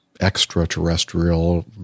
extraterrestrial